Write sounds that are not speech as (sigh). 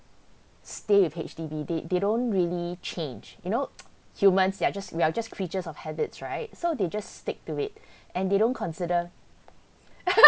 stay with H_D_B they they don't really change you know (noise) humans lah just we're just creatures of habits right so they just stick to it and they don't consider (laughs)